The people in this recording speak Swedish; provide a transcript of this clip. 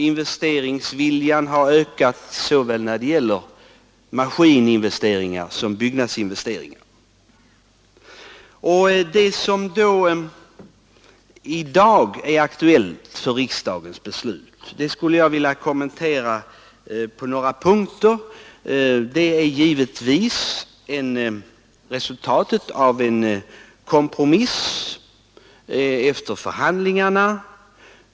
Investeringsviljan har ökat såväl när det gäller maskininvesteringar som byggnadsinvesteringar. Det som i dag är aktuellt för riksdagens beslut — jag skulle vilja kommentera det på några punkter — är givetvis resultatet av en förhandlingskompromiss.